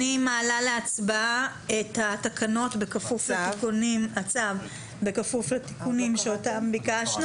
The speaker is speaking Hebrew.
אני מעלה להצבעה את הצו בכפוף לתיקונים שאותם ביקשנו.